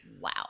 wow